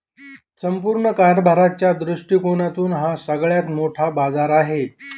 संपूर्ण कारभाराच्या दृष्टिकोनातून हा सगळ्यात मोठा बाजार आहे